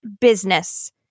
business